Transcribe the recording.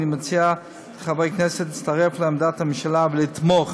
אני מציע לחברי הכנסת להצטרף לעמדת הממשלה ולתמוך